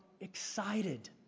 excited